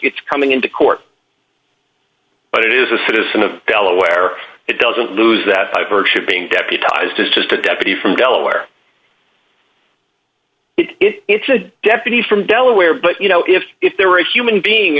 it's coming into court but it is a citizen of delaware it doesn't lose that by virtue of being deputized is just a deputy from delaware it's a deputy from delaware but you know if if there were a human being